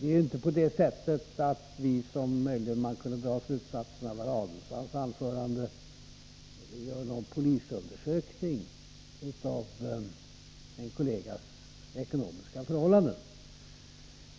Det är inte på det sättet att vi — den slutsatsen kunde man möjligen dra av Ulf Adelsohns anförande — gör någon polisundersökning av en kollegas ekonomiska förhållanden,